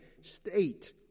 state